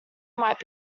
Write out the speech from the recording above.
might